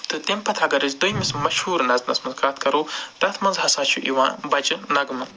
تہٕ تَمہِ پتہٕ اگر أسۍ دٔیمِس مشہوٗر نَژنَس منٛز کَتھ کَرو تَتھ منٛز ہَسا چھُ یِوان بچہٕ نغمہٕ